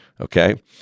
Okay